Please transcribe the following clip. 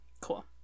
Cool